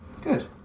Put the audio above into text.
Good